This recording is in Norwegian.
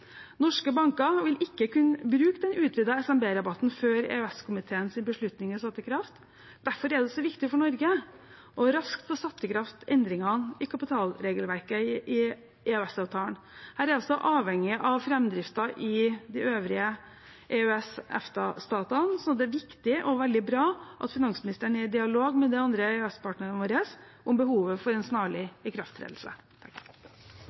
Norske banker vil ikke kunne bruke den utvidede SMB-rabatten før EØS-komiteens beslutning er satt i kraft. Derfor er det så viktig for Norge raskt å få satt i kraft endringene i kapitalregelverket i EØS-avtalen. Her er vi altså avhengige av framdriften i de øvrige EØS-/EFTA-statene, så det er viktig og veldig bra at finansministeren er i dialog med de andre EØS-partnerne våre om behovet for en